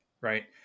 right